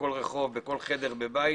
בכל רחוב ובכל חדר בבית,